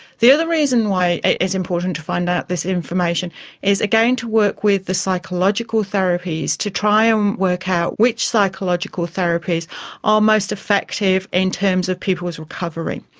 the other reason why it is important to find out this information is, again, to work with the psychological therapies to try and um work out which psychological therapies are most effective in terms of people's recovery.